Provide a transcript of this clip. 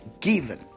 given